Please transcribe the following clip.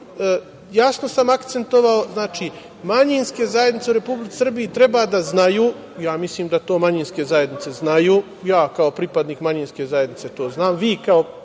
jasno sam akcentovao, znači manjinske zajednice u Republici Srbiji treba da znaju, ja mislim da to manjinske zajednice znaju, ja kao pripadnik manjinske zajednice to znam, vi kao pripadnik